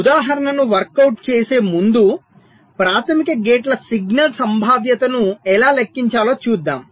ఉదాహరణను వర్కౌట్ చేసే ముందు ప్రాథమిక గేట్ ల సిగ్నల్ సంభావ్యతను ఎలా లెక్కించాలో చూద్దాం